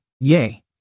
Yay